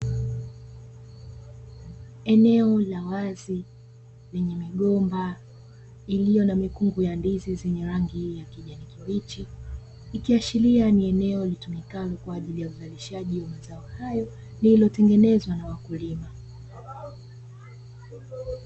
Eneo la wazi, lenye migomba iliyo na mikungu ya ndizi zenye rangi ya kijani kibichi, ikiashiria kuwa ni eneo litumikalo kwa ajili ya uzalishaji wa mazao hayo, lililotengenezwa na wakulima.